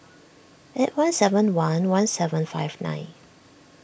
eight one seven one one seven five nine